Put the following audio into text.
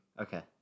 Okay